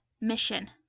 mission